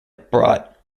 brought